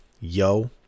Yo